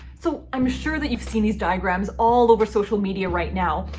so i'm sure that you've seen these diagrams all over social media right now.